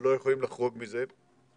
ולא יכולים לחרוג מזה.